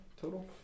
total